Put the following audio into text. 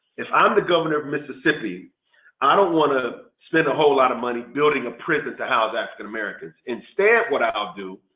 if i'm the governor of mississippi i don't want to spend a whole lot of money building a prison to house african americans. instead, what i'll do,